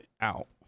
out